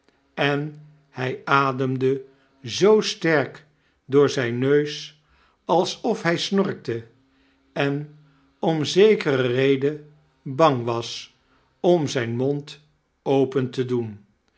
en hij ademde zoo sterk door zijn neus alsof hij snorkte en om zekere reden bang was om zijn mond open te doen